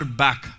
back